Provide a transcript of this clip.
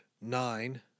nine